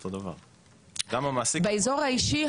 המעסיק והעובדת הזרה יש להם אותו קוד והוא